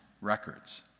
records